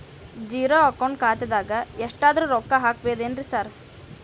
Zero account ಖಾತ್ಯಾಗ ಎಷ್ಟಾದ್ರೂ ರೊಕ್ಕ ಹಾಕ್ಬೋದೇನ್ರಿ ಸಾರ್?